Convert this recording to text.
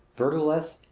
verdureless,